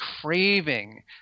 craving